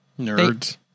Nerds